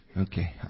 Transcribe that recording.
Okay